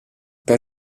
per